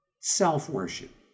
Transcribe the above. self-worship